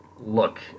look